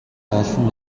олон